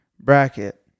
bracket